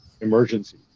emergency